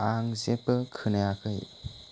आं जेब्बो खोनायाखै